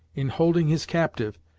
in holding his captive,